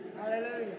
Hallelujah